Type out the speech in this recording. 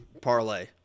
parlay